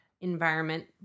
environment